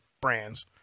brands